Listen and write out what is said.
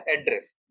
address